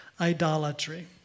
idolatry